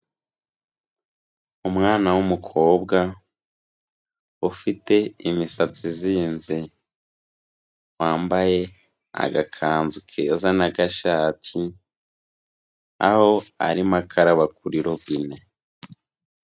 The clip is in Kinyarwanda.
Umwana w'umukobwa ufite imisatsi izinze, wambaye agakanzu keza n'agashati, aho arimo akaraba kuri robine.